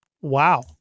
Wow